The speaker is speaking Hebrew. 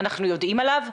אנחנו יודעים עליו?